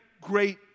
great